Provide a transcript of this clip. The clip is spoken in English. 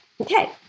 Okay